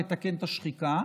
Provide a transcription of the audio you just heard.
לתקן את השחיקה,